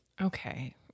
Okay